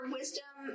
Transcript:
Wisdom